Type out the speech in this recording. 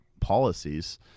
policies